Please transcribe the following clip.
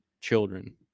children